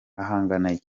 ahanganiye